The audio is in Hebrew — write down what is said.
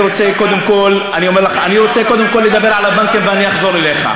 אני רוצה קודם כול לדבר על הבנקים ואני אחזור אליך.